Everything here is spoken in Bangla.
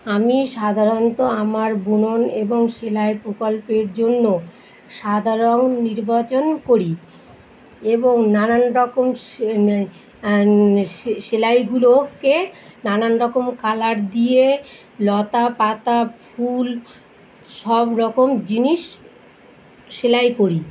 আমি সাধারণত আমার বুনন এবং সেলাইয়ের প্রকল্পের জন্য সাদা রঙ নির্বাচন করি এবং নানান রকম সে এ সে সেলাইগুলোকে নানান রকম কালার দিয়ে লতা পাতা ফুল সব রকম জিনিস সেলাই করি